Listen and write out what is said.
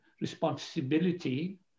responsibility